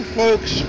folks